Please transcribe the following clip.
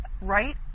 right